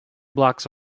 blocks